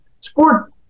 Sport